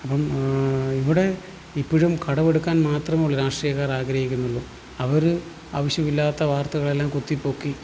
അപ്പം ഇവിടെ ഇപ്പോഴും കടം എടുക്കാൻ മാത്രമുള്ളു രാഷ്ട്രീയക്കാർ ആഗ്രഹിക്കുന്നുള്ളു അവർ ആവശ്യമില്ലാത്ത വാർത്തകൾ എല്ലാം കുത്തിപ്പൊക്കി